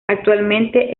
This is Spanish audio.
actualmente